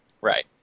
Right